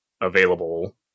available